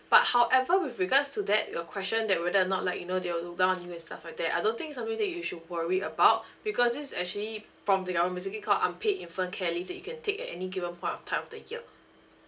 but however with regards to that your question that whether or not like you know they will look down on you and stuff like that I don't think that something you should worry about because this is actually from the government basically called unpaid infant care leave that you can take at any given point of time of the year